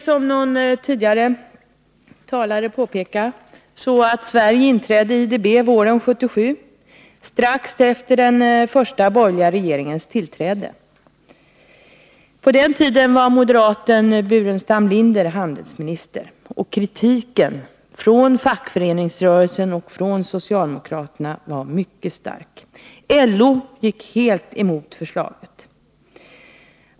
Som någon talare tidigare påpekade, inträdde Sverige i IDB våren 1977, strax efter den första borgerliga regeringens tillträde. På den tiden var moderaten Burenstam Linder handelsminister. Kritiken från fackföreningsrörelsen och socialdemokraterna var mycket stark. LO gick helt emot förslaget.